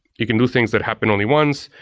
you can do things that happen only once.